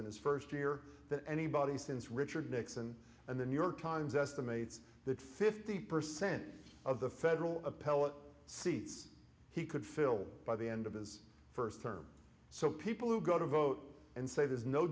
in his first year that anybody since richard nixon and the new york times estimates that fifty percent of the federal appellate seats he could fill by the end of his first term so people who go to vote and say there's no